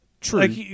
true